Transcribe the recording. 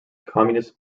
communist